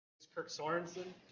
it's kirk sorensen.